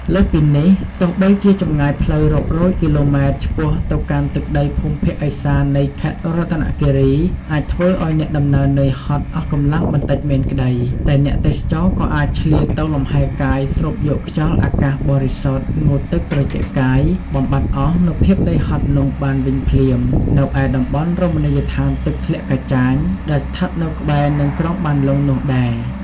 លើសពីនេះ ទោះបីជាចម្ងាយផ្លូវរាប់រយគីឡូម៉ែតឆ្ពោះទៅកាន់ទឹកដីភូមិភាគឦសាននៃខេត្តរតនគិរី អាចធ្វើឲ្យអ្នកដំណើរនឿយហត់អស់កម្លាំងបន្តិចមែនក្តី តែអ្នកទេសចរក៏អាចឆ្លៀតទៅលម្ហែកាយស្រូបយកខ្យល់អាកាសបរិសុទ្ធ ងូតទឹកត្រជាក់កាយ បំបាត់អស់នូវភាពនឿយហត់នោះបានវិញភ្លាម នៅឯតំបន់រមណីយដ្ឋានទឹកធ្លាក់កាចាញ ដែលស្ថិតនៅក្បែរនឹងក្រុងបានលុងនោះដែរ។